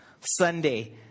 Sunday